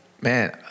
Man